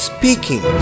Speaking